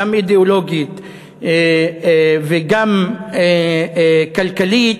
גם אידיאולוגית וגם כלכלית.